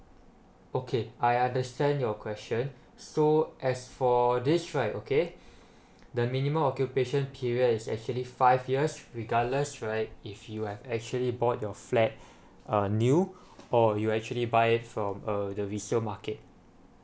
okay I understand your question so as for this right okay the minimum occupation period is actually five years regardless right if you have actually bought your flat uh new or you actually buy it from uh the visual market